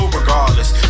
regardless